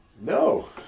No